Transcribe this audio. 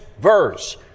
verse